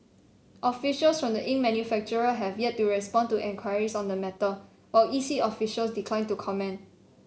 officials from the ink manufacturer have yet to respond to enquiries on the matter while E C officials declined to comment